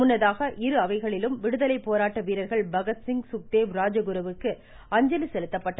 முன்னதாக இரு அவைகளிலும் விடுதலை போராட்ட வீரர்கள் பகத்சிங் சுக்தேவ் ராஜகுருவுக்கு அஞ்சலி செலுத்தப்பட்டது